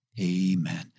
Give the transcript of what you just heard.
Amen